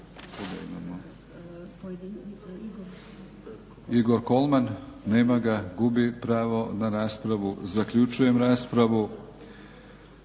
Igor Kolman. Nema ga, gubi pravo na raspravu. Zaključujem raspravu.